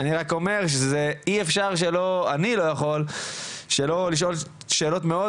אני רק אומר שאני לא יכול שלא לשאול שאלות מאוד